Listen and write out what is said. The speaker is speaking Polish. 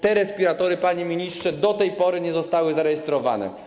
Te respiratory, panie ministrze, do tej pory nie zostały zarejestrowane.